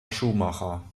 schuhmacher